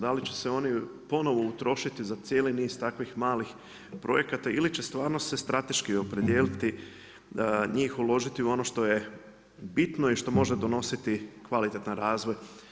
Da li će se oni ponovno utrošiti za cijeli niz takvih malih projekata ili će stvarno se strateški opredijeliti, njih uložiti u ono što je bitno i što može donositi kvalitetan razvoj.